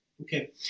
okay